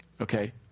Okay